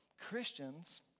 Christians